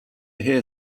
hear